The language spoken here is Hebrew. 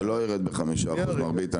לא יוריד את המחיר בחמישה אחוז מר ביטן,